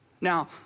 Now